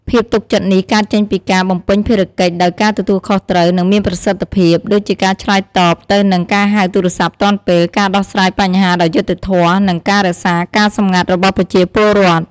ភាពទុកចិត្តនេះកើតចេញពីការ បំពេញភារកិច្ចដោយការទទួលខុសត្រូវ និងមានប្រសិទ្ធភាព ដូចជាការឆ្លើយតបទៅនឹងការហៅទូរស័ព្ទទាន់ពេល ការដោះស្រាយបញ្ហាដោយយុត្តិធម៌ និងការរក្សាការសម្ងាត់របស់ប្រជាពលរដ្ឋ។